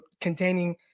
containing